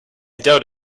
doubt